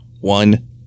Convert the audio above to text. one